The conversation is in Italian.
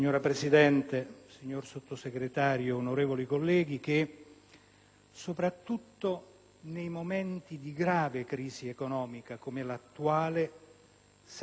soprattutto nei momenti di grave crisi economica, come l'attuale, sempre più famiglie di lavoratori, pensionati